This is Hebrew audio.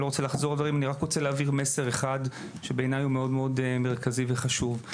אלא רק רוצה להעביר מסר אחד שבעיניי הוא מאוד מרכזי וחשוב.